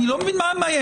אני לא מבין מה מאיים.